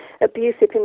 abusive